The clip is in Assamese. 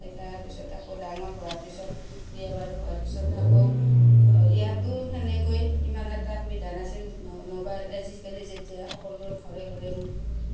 তাৰপিছত আকৌ ডাঙৰ হোৱাৰ পিছত বিয়া বাৰু হোৱাৰ পিছত আকৌ ইয়াতো সেনেকৈ ইমান এটা সুবিধা নাছিল মোবাইল আজিকালি যেতিয়া সকলোৰে ঘৰে ঘৰে